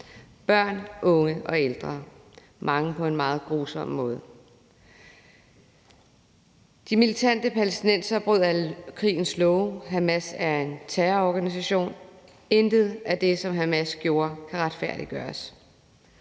børn, unge og ældre, og mange på en meget grusom måde. De militante palæstinensere brød alle krigens love. Hamas er en terrororganisation, og intet af det, som Hamas gjorde, kan retfærdiggøres.